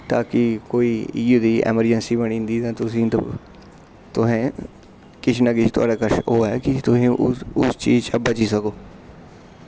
ताकि कोई इ'यै देही एमरजेंसी बनी दी ते तुसें तुसें किश ना किश थुआढ़े कश होऐ कि तुसीं उस चीज़ कशा बची सको